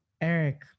Eric